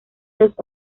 dos